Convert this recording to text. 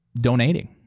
donating